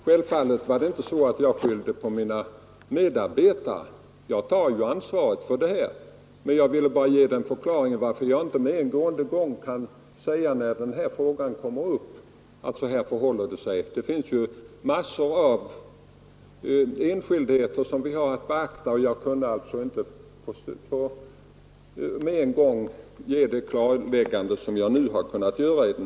Självfallet skyller jag inte på mina medarbetare. Jag tar ansvaret på mig. Men jag har velat ge denna förklaring till varför jag inte genast kunde säga att så och så förhåller det sig. Vi har ju att beakta en mängd enskildheter i kungörelser och författningar, och när denna fråga kom upp kunde jag inte genast göra det klarläggande som jag nu har gjort.